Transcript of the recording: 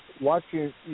watching